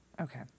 Okay